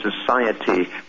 society